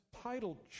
title